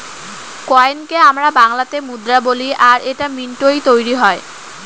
কয়েনকে আমরা বাংলাতে মুদ্রা বলি আর এটা মিন্টৈ তৈরী হয়